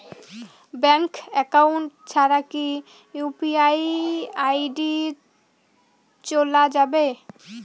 Bank account ছাড়া কি UPI ID চোলা যাবে?